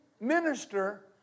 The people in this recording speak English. minister